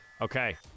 Okay